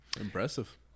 Impressive